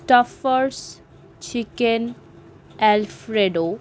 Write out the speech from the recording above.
staffers chicken alfredo